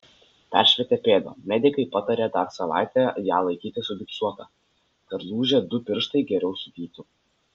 peršvietę pėdą medikai patarė dar savaitę ją laikyti sugipsuotą kad lūžę du pirštai geriau sugytų